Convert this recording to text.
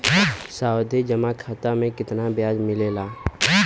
सावधि जमा खाता मे कितना ब्याज मिले ला?